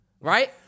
right